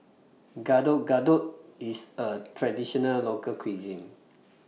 Getuk Getuk IS A Traditional Local Cuisine